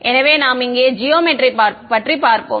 எனவே நாம் இங்கே ஜியோமெட்ரி பற்றி பார்ப்போம்